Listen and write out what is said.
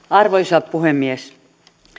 arvoisa puhemies